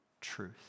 truth